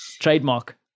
Trademark